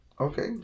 Okay